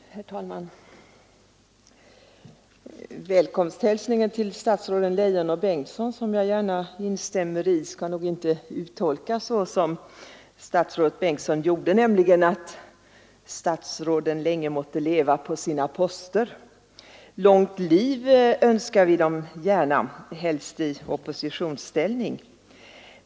Herr talman! Välkomsthälsningen till statsråden Leijon och Bengtsson, som jag gärna instämmer i, skall nog inte uttolkas som statsrådet Bengtsson gjorde, nämligen att statsråden länge måtte leva på sina poster. Långt liv önskar vi dem gärna — dock helst i oppositionsställning.